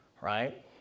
right